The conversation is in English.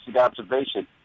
observation